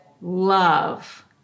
love